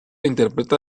interpreta